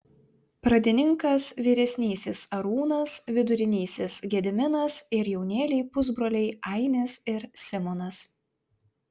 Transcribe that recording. pradininkas vyresnysis arūnas vidurinysis gediminas ir jaunėliai pusbroliai ainis ir simonas